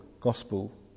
gospel